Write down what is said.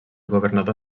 governador